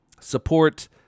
Support